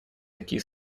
такие